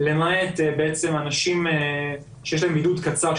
למעט אנשים שיש להם בידוד קצר,